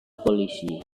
polisi